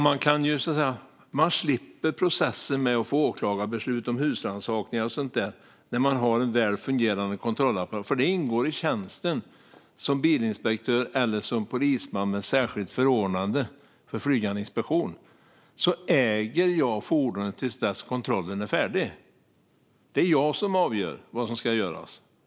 Man slipper processen för att få åklagarbeslut om husrannsakan och sådant när man har en väl fungerande kontrollapparat, för detta ingår i tjänsten. Som bilinspektör eller som polisman med särskilt förordnande för flygande inspektion äger jag fordonet tills kontrollen är färdig. Det är jag som avgör vad som ska göras.